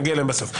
נגיע אליהם בסוף.